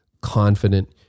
confident